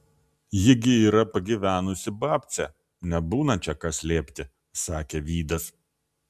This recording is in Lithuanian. ji gi yra pagyvenusi babcė nebūna čia ką slėpti sakė vydas